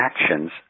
actions